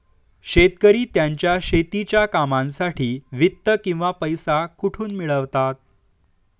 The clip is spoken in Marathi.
शेतकरी त्यांच्या शेतीच्या कामांसाठी वित्त किंवा पैसा कुठून मिळवतात?